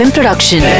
Production